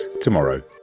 tomorrow